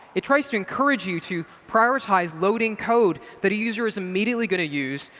it tries to encourage you to prioritize loading code that a user is immediately going to use,